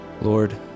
Lord